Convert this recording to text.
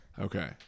Okay